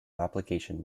application